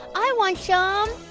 i want yeah ah um